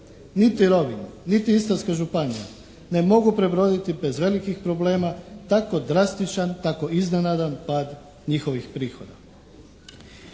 Niti Rovinj, niti Istarska županija ne mogu prebroditi bez velikih problema tako drastičan, tako iznenadan pad njihovih prihoda.